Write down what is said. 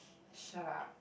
shut up